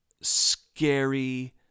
scary